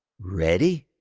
ready?